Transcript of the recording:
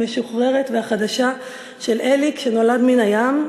המשוחררת והחדשה של אליק שנולד מן הים,